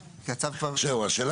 כי הצו כבר --- הוא בעצם